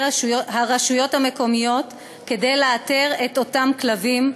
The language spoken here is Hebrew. הרשויות המקומיות כדי לאתר את אותם כלבים,